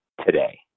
today